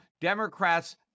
Democrats